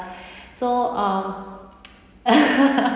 so um